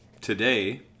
today